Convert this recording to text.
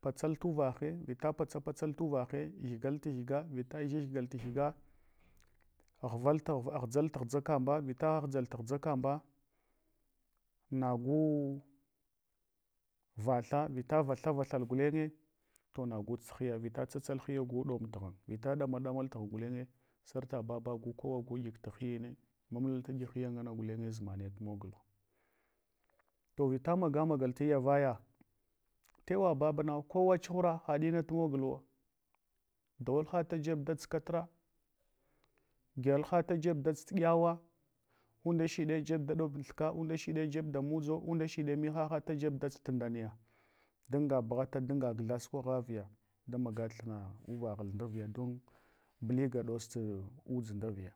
patsal tuvahe vita patsa patsal tuvahe, gyigal tigyiga vita gyagigal tugyiga, ghar tghv, ghadʒal tughʒakamba, vita ghaghʒal ghʒakamba, nagu vata, vita tsafsal hiye gu ɗom tu gynye vita ɗama ɗama gulenye kowa gu ɗyig tu hiyine mamlal ta ɗyig hya ngana gulenye, zumane tu mogla. To vita maga magal taya vaya, tawa babana kowa chuhura, haɗ ina tumogulo daghwalha tajeb daʒd kafra, gyaghalha tajeb dadʒd tueɗyawa. Undashiɗe jeb da ɗom thuka undashiɗe jeb da muʒa, undashiɗe muhaha tajeb dats nda miya duriga bughata dunga gtha sukwa gha viya da maga thina uwaghal ndaviya don bliga dok tuʒda adaviya.